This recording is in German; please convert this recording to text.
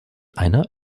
einer